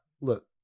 look